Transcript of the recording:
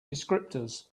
descriptors